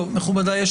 מכובדיי,